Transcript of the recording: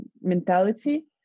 mentality